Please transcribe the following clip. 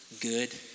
good